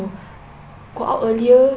go out earlier